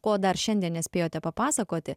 ko dar šiandien nespėjote papasakoti